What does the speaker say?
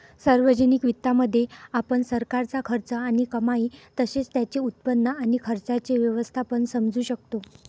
सार्वजनिक वित्तामध्ये, आपण सरकारचा खर्च आणि कमाई तसेच त्याचे उत्पन्न आणि खर्चाचे व्यवस्थापन समजू शकतो